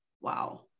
wow